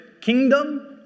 kingdom